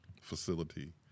facility